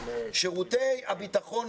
שירותי הביטחון,